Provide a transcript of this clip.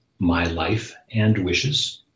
mylifeandwishes